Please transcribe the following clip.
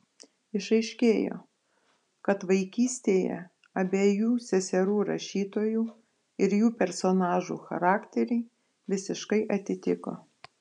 išaiškėjo kad vaikystėje abiejų seserų rašytojų ir jų personažų charakteriai visiškai atitiko